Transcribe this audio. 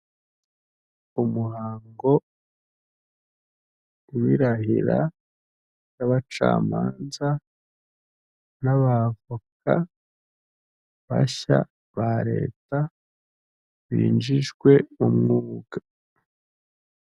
Umuhango w'irahira w'abacamanza n'abavoka bashya ba leta binjijwe mu mwuga.